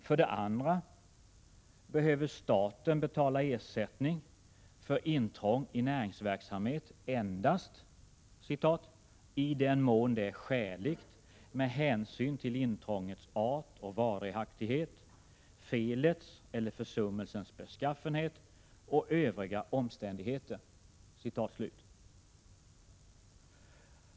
För det andra behöver staten endast betala ersättning för intrång i näringsverksamhet ”i den mån det är skäligt med hänsyn till intrångets art och varaktighet, felets eller försummelsens beskaffenhet och övriga omständigheter”.